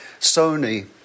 Sony